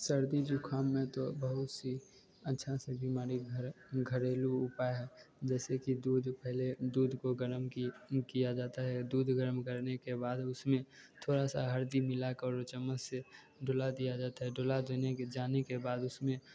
सर्दी जुकाम में तो बहुत सी अच्छा से बीमारी घर घरेलू उपाय है जैसे कि दूध पहले दूध को गर्म कि किया जाता है दूध गर्म करने के बाद उसमें थोड़ा सा हरदी मिलाकर ऊ चमच्च से घुला दिया जाता है घुला देने के जाने के बाद उसमें